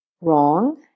Wrong